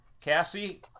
Cassie